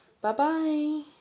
Bye-bye